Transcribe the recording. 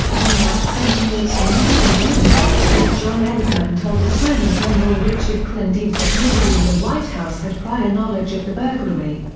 on march twenty eight on nixon's orders, aide john ehrlichman told attorney general richard kleindienst that nobody in the white house had prior knowledge of the burglary.